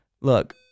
look